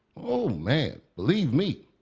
oh, man. believe me.